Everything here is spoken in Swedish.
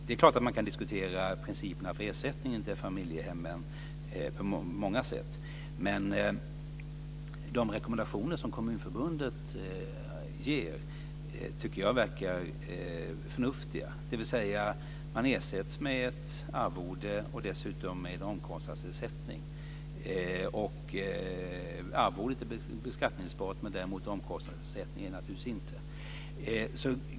Det är klart att det går att på många sätt diskutera principerna för ersättning till familjehemmen. De rekommendationer som Kommunförbundet ger verkar förnuftiga, dvs. man ersätts med ett arvode och dessutom med en omkostnadsersättning. Arvodet är beskattningsbart medan däremot omkostnadsersättningen naturligtvis inte är det.